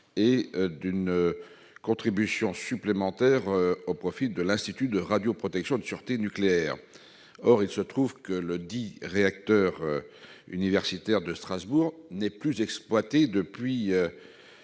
et d'une contribution supplémentaire au profit de l'Institut de radioprotection et de sûreté nucléaire. Le réacteur universitaire de Strasbourg n'est plus exploité depuis